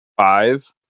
five